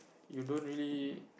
you don't really